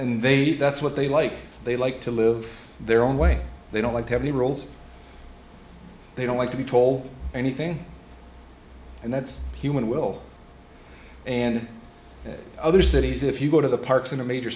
and they need that's what they like they like to live their own way they don't like heavy roles they don't like to be told anything and that's human will and other cities if you go to the parks in a major